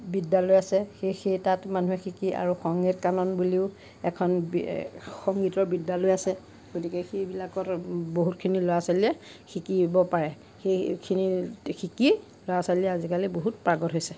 বিদ্যালয় আছে সেই তাত মানুহে শিকি আৰু সংগীত কানন বুলিও এখন বি সংগীতৰ বিদ্যালয় আছে গতিকে সেইবিলাকত বহুতখিনি ল'ৰা ছোৱালীয়ে শিকিব পাৰে সেইখিনি শিকি ল'ৰা ছোৱালীয়ে আজিকালি বহুত পাৰ্গত হৈছে